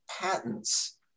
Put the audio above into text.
patents